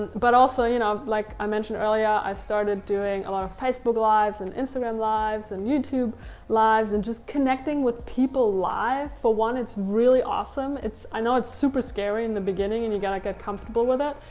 but also, you know like i mentioned earlier, i started doing a lot of facebook lives and instagram lives and youtube lives and just connecting with people live. for one it's really awesome. i know it's super scary in the beginning and you gotta get comfortable with it,